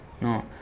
No